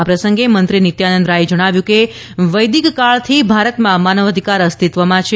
આ પ્રસંગે મંત્રી નિત્યાનંદ રાયે જણાવ્યું હતુ કે વૈદિક કાળથી ભારતમાં માનવધિકાર અસ્તિત્વમાં છે